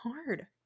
hard